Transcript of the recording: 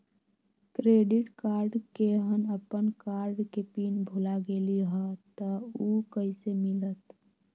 Credit card केहन अपन card के पिन भुला गेलि ह त उ कईसे मिलत?